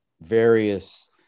various